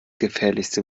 gefährlichste